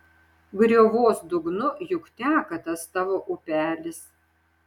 griovos dugnu juk teka tas tavo upelis